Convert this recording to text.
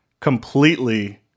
completely